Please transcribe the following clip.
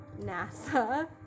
nasa